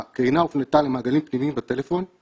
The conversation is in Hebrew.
הכנסה או אוסרים על הוצאה בשיעור בצורה מאוד מאוד גורפת,